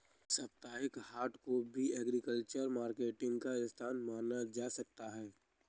साप्ताहिक हाट को भी एग्रीकल्चरल मार्केटिंग का स्थान माना जा सकता है